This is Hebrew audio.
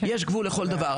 יש גבול לכל דבר.